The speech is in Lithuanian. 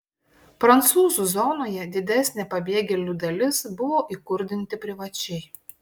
prancūzų zonoje didesnė pabėgėlių dalis buvo įkurdinti privačiai